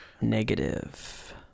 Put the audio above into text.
negative